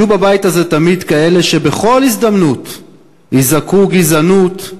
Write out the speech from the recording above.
יהיו בבית הזה תמיד כאלה שבכל הזדמנות יזעקו: גזענות,